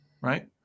right